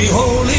Holy